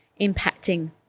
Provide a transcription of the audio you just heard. impacting